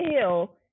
Hill